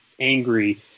angry